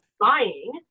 buying